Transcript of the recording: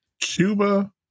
Cuba